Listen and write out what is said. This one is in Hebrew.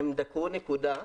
הם דקרו נקודה.